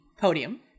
Podium